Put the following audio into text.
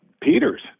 Peter's